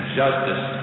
justice